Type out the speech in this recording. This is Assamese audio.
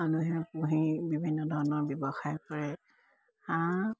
মানুহে পুঁহেই বিভিন্ন ধৰণৰ ব্যৱসায় কৰে হাঁহ